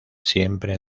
siempre